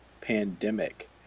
pandemic